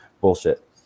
bullshit